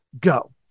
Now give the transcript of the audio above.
go